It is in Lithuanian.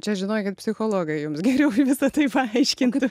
čia žinokit psichologai jums geriau visa tai paaiškintų